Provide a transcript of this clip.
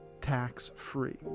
tax-free